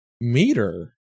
Meter